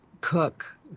cook